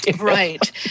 Right